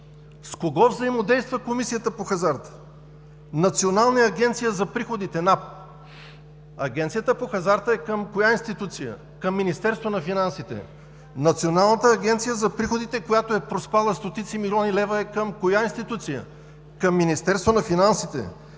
С кого взаимодейства Комисията по хазарта? Националната агенция за приходите – НАП! Агенцията по хазарта е към коя институция? Към Министерството на финансите! Националната агенция за приходите, която е проспала стотици милиони лева, е към коя институция? Към Министерството на финансите!